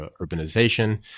urbanization